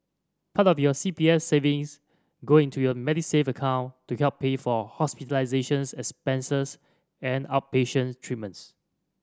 part of your C P F savings go into your Medisave account to help pay for hospitalization expenses and outpatient treatments